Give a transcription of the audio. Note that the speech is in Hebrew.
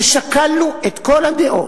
שקלנו את כל הדעות.